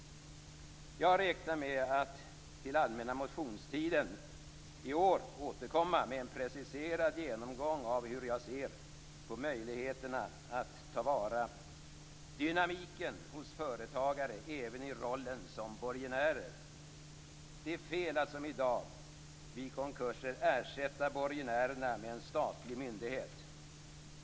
Jag räknar med att till allmänna motionstiden i år återkomma med en preciserad genomgång av hur jag ser på möjligheterna att ta vara på dynamiken hos företagare även i rollen som borgenärer. Det är fel att som i dag vid konkurser ersätta borgenärerna med en statlig myndighet.